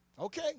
Okay